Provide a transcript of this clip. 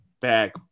back